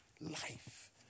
Life